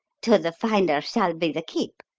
to the finder shall be the keep.